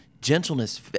gentleness